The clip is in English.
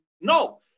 no